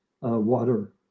water